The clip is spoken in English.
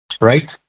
right